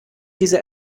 diese